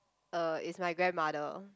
uh is my grandmother